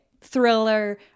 thriller